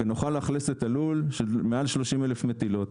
ונוכל לאכלס את הלול של מעל 30,000 מטילות.